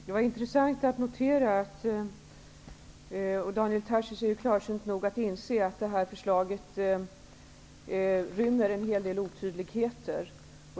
Herr talman! Daniel Tarschys är ju klarsynt nog att inse att förslaget rymmer en hel del otydligheter.